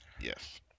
Yes